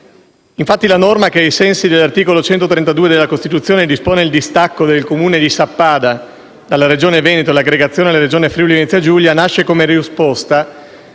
Infatti, la norma che, ai sensi dell'articolo 132 della Costituzione, dispone il distacco del Comune di Sappada dalla Regione Veneto e l'aggregazione alla Regione Friuli-Venezia Giulia nasce come risposta,